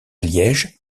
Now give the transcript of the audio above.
liège